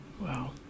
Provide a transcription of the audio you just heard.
Wow